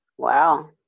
Wow